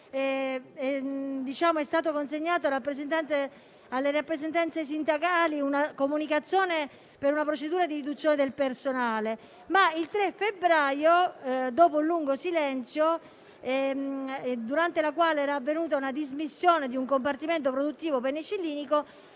è stata consegnata alle rappresentanze sindacali una comunicazione per una procedura di riduzione del personale, ma il 3 febbraio, dopo un lungo silenzio durante il quale era avvenuta la dismissione di un compartimento produttivo penicillinico,